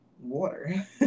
water